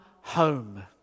home